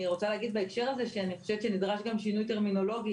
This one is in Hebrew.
אני רוצה להגיד בהקשר הזה שאני חושבת שנדרש גם שינוי טרמינולוגי.